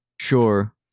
Sure